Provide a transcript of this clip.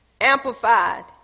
Amplified